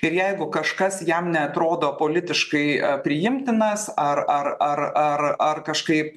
ir jeigu kažkas jam neatrodo politiškai priimtinas ar ar ar ar kažkaip